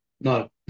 no